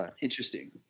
Interesting